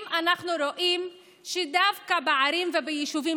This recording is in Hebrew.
אם אנחנו רואים שדווקא בערים וביישובים